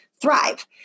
thrive